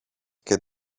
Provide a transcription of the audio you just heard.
και